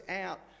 out